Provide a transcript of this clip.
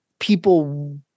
people